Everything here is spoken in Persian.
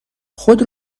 خود